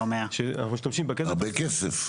זה הרבה כסף.